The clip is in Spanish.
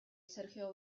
sergio